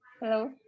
Hello